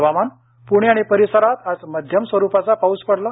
हवामान प्णे आणि परिसरात आज मध्यम स्वरुपाचा पाऊस पडला